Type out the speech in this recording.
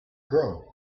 grow